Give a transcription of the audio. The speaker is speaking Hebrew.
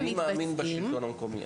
אני מאמין בשלטון המקומי,